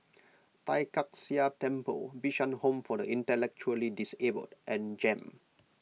Tai Kak Seah Temple Bishan Home for the Intellectually Disabled and Jem